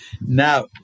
Now